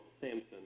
Samson